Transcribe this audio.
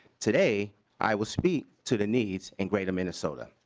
today i will speak to the needs in greater minnesota.